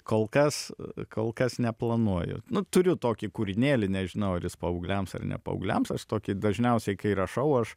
kol kas kol kas neplanuoju turiu tokį kūrinėlį nežinau ar jis paaugliams ar ne paaugliams tokį dažniausiai kai rašau aš